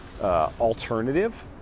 alternative